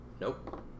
Nope